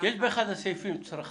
יש לנו באחת התקנות: לפי צרכיו.